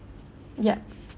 yup